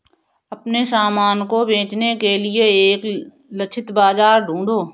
अपने सामान को बेचने के लिए एक लक्षित बाजार ढूंढो